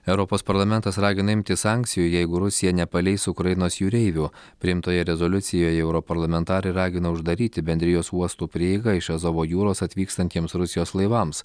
europos parlamentas ragina imtis sankcijų jeigu rusija nepaleis ukrainos jūreivių priimtoje rezoliucijoje europarlamentarai ragina uždaryti bendrijos uostų prieigą iš azovo jūros atvykstantiems rusijos laivams